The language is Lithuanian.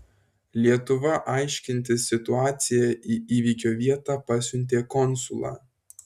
lietuva aiškintis situaciją į įvykio vietą pasiuntė konsulą